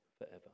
forever